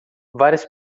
várias